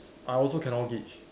I also cannot gauge